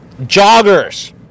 joggers